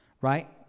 right